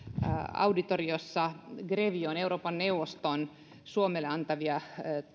auditoriossa euroopan neuvoston grevion suomelle antamia